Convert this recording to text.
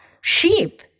sheep